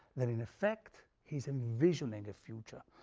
that in effect, he's envisioning a future.